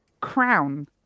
crown